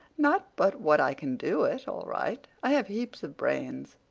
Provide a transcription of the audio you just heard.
not but what i can do it, all right. i have heaps of brains.